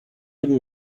dem